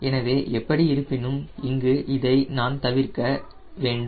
எனவே எப்படி இருப்பினும் இங்கு இதை நீங்கள் தவிர்க்க வேண்டும்